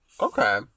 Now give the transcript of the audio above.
Okay